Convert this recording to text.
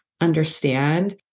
understand